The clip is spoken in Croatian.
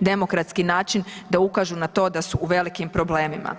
demokratski način da ukažu na to da su u velikim problemima.